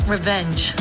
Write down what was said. Revenge